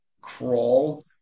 crawl